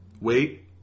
wait